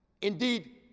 Indeed